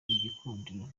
igikundiro